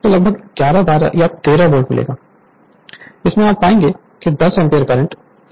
तो लगभग 11 12 या 13 वोल्ट मिलेगा इसमें आप पाएंगे कि 10 एम्पीयर करंट फ्लो हो रहा है